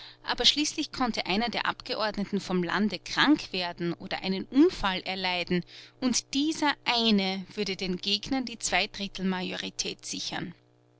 aber schließlich konnte einer der abgeordneten vom lande krank werden oder einen unfall erleiden und dieser eine würde den gegnern die zweidrittelmajorität sichern